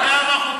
זה לא מובן מאליו.